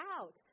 out